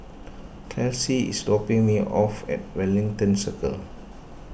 Kelsie is dropping me off at Wellington Circle